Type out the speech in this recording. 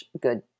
good